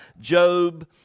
Job